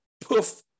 poof